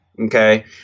Okay